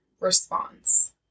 Response